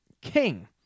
King